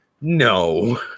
no